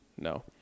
No